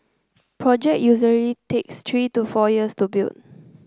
project usually takes three to four years to build